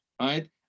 right